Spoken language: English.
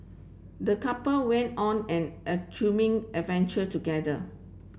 the couple went on an adventure together